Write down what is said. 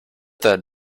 that